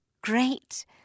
great